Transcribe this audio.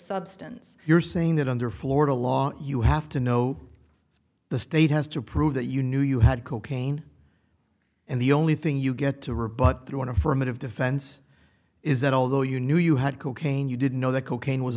substance you're saying that under florida law you have to know the state has to prove that you knew you had cocaine and the only thing you get to rebut through an affirmative defense is that although you knew you had cocaine you did know that cocaine was